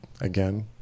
again